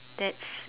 that's